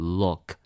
look